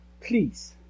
Please